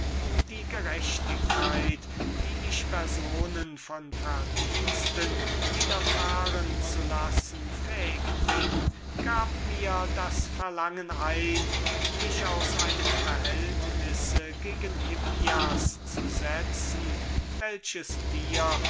die gerechtigkeit die ich personen von verdiensten widerfahren zu lassen fähig bin gab mir das verlangen ein dich aus einer abhänglichkeit von dem hippias zu setzen welche